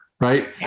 Right